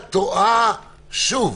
את טועה שוב.